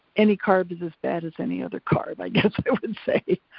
any carb is as bad as any other carb i guess we would and say.